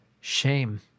Shame